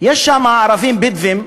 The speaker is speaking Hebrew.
יש שם ערבים בדואים,